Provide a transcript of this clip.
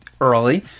Early